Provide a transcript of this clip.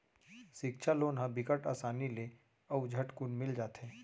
सिक्छा लोन ह बिकट असानी ले अउ झटकुन मिल जाथे